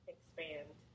expand